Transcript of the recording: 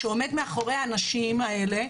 שעומד מאחורי הנשים האלה,